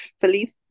believe